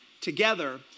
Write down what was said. together